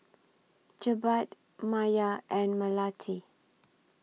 Jebat Maya and Melati